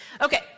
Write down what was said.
Okay